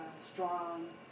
strong